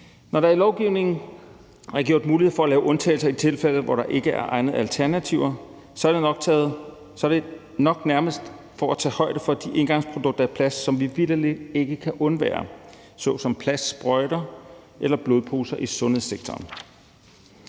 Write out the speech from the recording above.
Når der i lovgivningen er gjort mulighed for at lave undtagelser i tilfælde, hvor der er ikke er egnede alternativer, er det nok nærmest for at tage højde for de engangsprodukter af plast, som vi vitterlig ikke kan undvære, såsom plastsprøjter eller blodposer i sundhedssektoren.